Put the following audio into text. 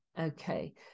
okay